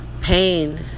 pain